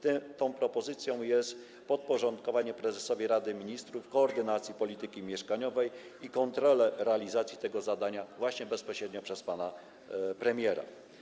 Tą propozycją jest podporządkowanie prezesowi Rady Ministrów koordynacji polityki mieszkaniowej i kontrola realizacji tego zadania właśnie bezpośrednio przez pana premiera.